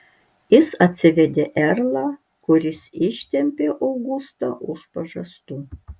jis atsivedė erlą kuris ištempė augustą už pažastų